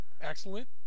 Excellent